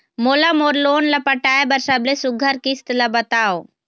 मोला मोर लोन ला पटाए बर सबले सुघ्घर किस्त ला बताव?